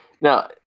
Now